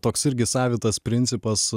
toks irgi savitas principas